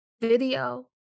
video